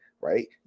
right